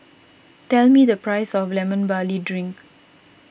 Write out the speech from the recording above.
tell me the price of Lemon Barley Drink